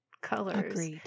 colors